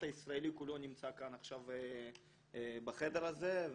הישראלי כולו נמצא כאן בחדר הזה.